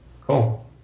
Cool